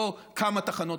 לא כמה תחנות,